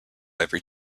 every